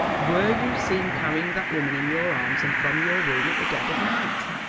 were you seen carrying that woman in your arms and from your room at the dead of night?